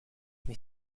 mais